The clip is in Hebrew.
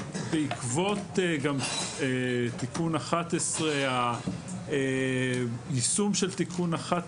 בעקבות תיקון 11 היישום של תיקון 11